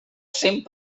cent